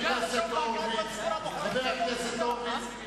חבר הכנסת הורוביץ,